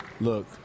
Look